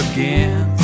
Again